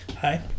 Hi